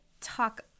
talk